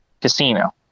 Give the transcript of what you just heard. casino